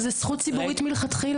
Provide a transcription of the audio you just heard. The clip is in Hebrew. אבל זו זכות ציבורית מלכתחילה.